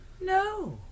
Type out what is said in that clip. No